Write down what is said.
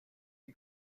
die